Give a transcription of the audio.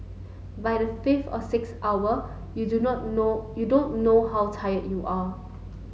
by the fifth or sixth hour you do not know you don't know how tired you are